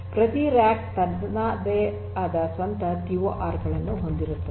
ಪ್ರತಿ ರ್ಯಾಕ್ ತನ್ನ ಸ್ವಂತ ಟಿಓಆರ್ ಅನ್ನು ಹೊಂದಿರುತ್ತದೆ